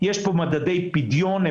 יש פה מדדי פדיון.